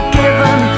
given